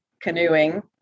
canoeing